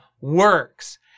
works